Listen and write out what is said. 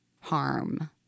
harm